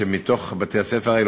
שמתוך בתי-הספר האלו,